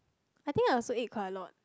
I think I also ate quite a lot